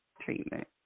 treatment